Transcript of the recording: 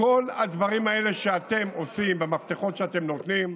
כל הדברים האלה שאתם עושים, במפתחות שאתם נותנים,